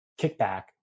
kickback